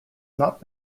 not